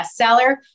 bestseller